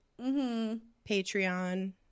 patreon